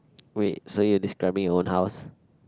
wait so you describing your own house